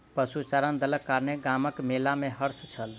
पशुचारणक दलक कारणेँ गामक मेला में हर्ष छल